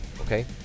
okay